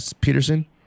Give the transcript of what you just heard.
Peterson